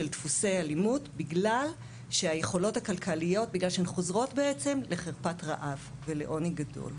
דפוסי אלימות בגלל שהן חוזרות בעצם לחרפת רעב לעוני גדול.